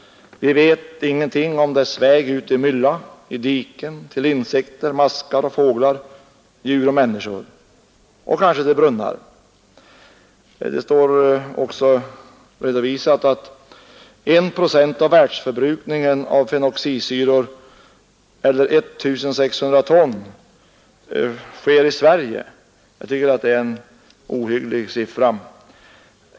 Vi vet ingenting om dess väg genom myllan, i diken, till insekter, maskar och fåglar, andra djur och människor. Kanske även till brunnar. I den uppgift jag fått står att I procent av världsförbrukningen av fenoxisyror eller 1 600 ton sker i Sverige. Jag tycker att det är en ohygglig siffra.